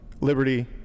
liberty